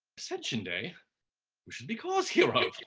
ascension day who should be cause hereof?